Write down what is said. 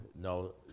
no